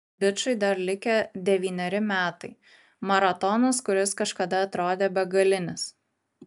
bičui dar likę devyneri metai maratonas kuris kažkada atrodė begalinis